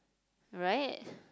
right